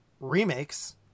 Remakes